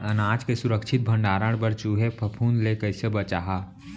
अनाज के सुरक्षित भण्डारण बर चूहे, फफूंद ले कैसे बचाहा?